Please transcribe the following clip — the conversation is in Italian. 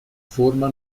forma